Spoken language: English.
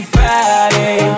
Friday